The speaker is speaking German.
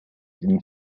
ihn